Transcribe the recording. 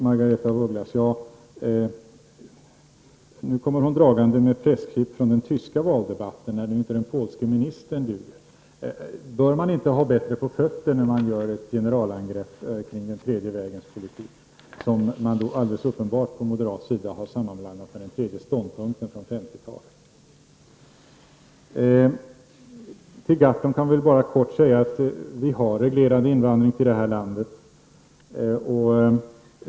Margaretha af Ugglas kommer nu dragande med pressklipp från den tyska valdebatten, när den polske ministern inte duger. Bör man inte ha bättre på fötterna när man gör ett generalangrepp på den tredje vägens politik? Moderaterna har ju alldeles uppenbart sammanblandat denna politik med den tredje ståndpunkten från 50-talet. Till Per Gahrton vill jag bara kort säga att vi har reglerad invandring till det här landet.